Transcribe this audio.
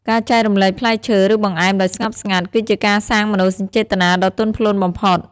ការចែករំលែកផ្លែឈើ ឬបង្អែមដោយស្ងប់ស្ងាត់ គឺជាការសាងមនោសញ្ចេតនាដ៏ទន់ភ្លន់បំផុត។